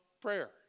prayer